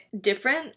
different